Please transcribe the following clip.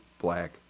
black